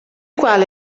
quale